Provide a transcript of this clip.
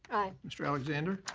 aye. mr. alexander.